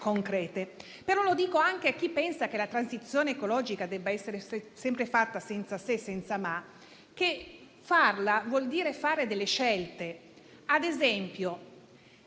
azioni concrete. A chi pensa che la transizione ecologica debba essere sempre fatta senza se e senza ma, dico però che farla vuol dire fare delle scelte.